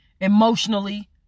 emotionally